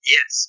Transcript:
Yes